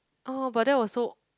uh but that was so